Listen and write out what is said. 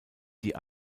die